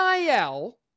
NIL